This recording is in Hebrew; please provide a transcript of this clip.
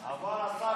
אבל השר,